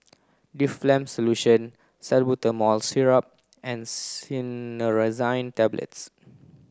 Difflam Solution Salbutamol Syrup and Cinnarizine Tablets